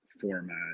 format